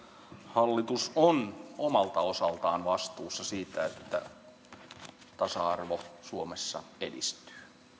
hallitus on omalta osaltaan vastuussa siitä että tasa arvo suomessa edistyy